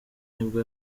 nibwo